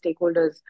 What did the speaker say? stakeholders